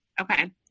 Okay